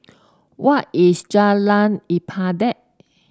where is Jalan Ibadat